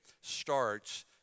starts